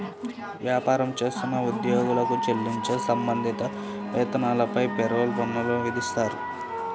వ్యాపారం చేస్తున్న ఉద్యోగులకు చెల్లించే సంబంధిత వేతనాలపై పేరోల్ పన్నులు విధిస్తారు